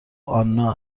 آنا